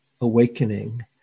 awakening